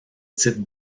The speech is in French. titre